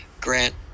Grant